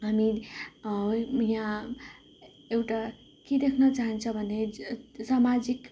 हामी यहाँ एउटा के देख्न चाहन्छ भने समाजिक